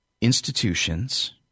institutions